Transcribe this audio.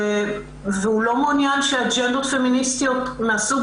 והוא לא מעוניין שאג'נדות פמיניסטיות מהסוג